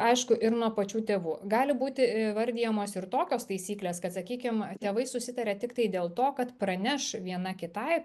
aišku ir nuo pačių tėvų gali būti įvardijamos ir tokios taisyklės kad sakykim tėvai susitaria tiktai dėl to kad praneš viena kitai